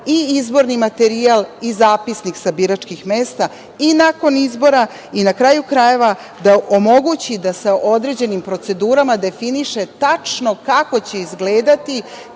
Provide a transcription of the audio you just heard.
i izborni materijal i zapisnik sa biračkih mesta i nakon izbora i, na kraju krajeva, da omogući da se sa određenim procedurama definiše tačno kako će izgledati